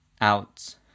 out